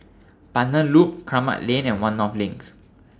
Pandan Loop Kramat Lane and one North LINK